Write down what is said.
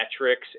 metrics